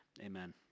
amen